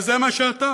וזה מה שאתה.